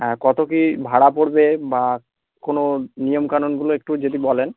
হ্যাঁ কত কী ভাড়া পড়বে বা কোনো নিয়ম কানুনগুলো একটু যদি বলেন